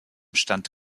stand